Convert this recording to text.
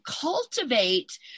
cultivate